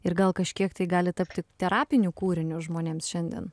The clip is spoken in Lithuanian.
ir gal kažkiek tai gali tapti terapiniu kūriniu žmonėms šiandien